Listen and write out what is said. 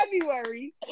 February